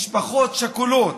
משפחות שכולות.